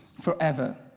forever